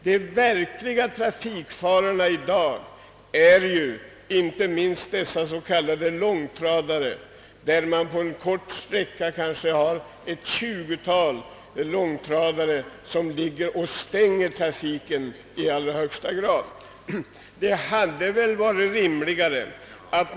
De verkliga trafikfarorna i dag är inte minst dessa s.k. långtradare — man kan på en kort sträcka se kanske ett tjugotal långtradare som stänger trafiken i högsta grad.